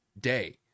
day